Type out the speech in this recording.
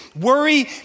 Worry